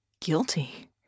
guilty